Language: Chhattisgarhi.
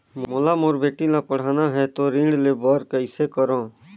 मोला मोर बेटी ला पढ़ाना है तो ऋण ले बर कइसे करो